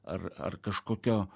ar ar kažkokio